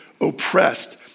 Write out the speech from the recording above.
oppressed